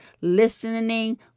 listening